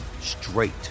straight